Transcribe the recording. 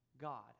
God